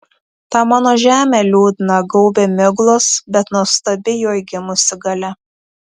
tą mano žemę liūdną gaubia miglos bet nuostabi joj gimusi galia